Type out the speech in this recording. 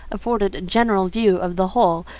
afforded a general view of the whole,